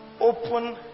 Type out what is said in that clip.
open